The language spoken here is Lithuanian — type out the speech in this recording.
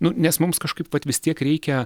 nu nes mums kažkaip vis tiek reikia